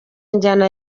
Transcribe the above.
njyana